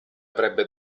avrebbe